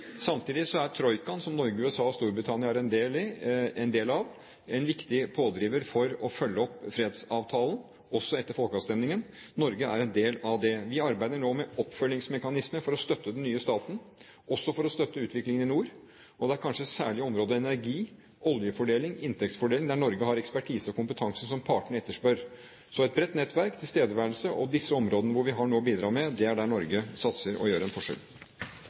Samtidig er troikaen, som Norge, USA og Storbritannia er en del av, en viktig pådriver for å følge opp fredsavtalen, også etter folkeavstemningen. Norge er en del av det. Vi arbeider nå med oppfølgingsmekanismer for å støtte den nye staten, også for å støtte utviklingen i nord. Det er kanskje særlig områdene energi, oljefordeling og inntektsfordeling der Norge har ekspertise og kompetanse som partene etterspør. Så et bredt nettverk og tilstedeværelse i disse områdene hvor vi har noe å bidra med, er der Norge satser og gjør en forskjell.